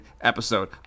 episode